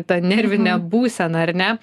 ta nervine būsena ar ne